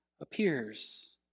appears